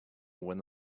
when